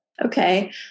Okay